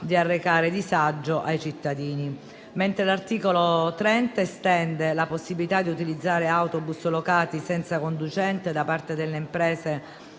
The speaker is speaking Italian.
di arrecare disagio ai cittadini. L'articolo 30 estende la possibilità di utilizzare autobus locati senza conducente da parte delle imprese